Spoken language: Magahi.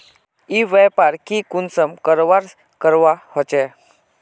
ई व्यापार की कुंसम करवार करवा होचे?